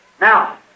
Now